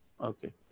Okay